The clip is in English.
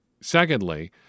Secondly